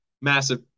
massive